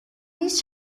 نیز